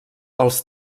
els